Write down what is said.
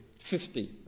Fifty